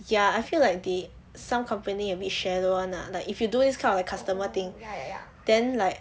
ya I feel like some company a bit shallow [one] ah like you do this kind of customer thing then like